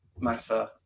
Masa